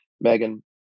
Megan